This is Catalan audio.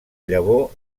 llavor